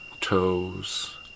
toes